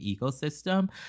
ecosystem